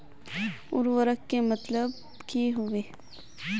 उर्वरक के मतलब की होबे है?